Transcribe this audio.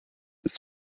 ist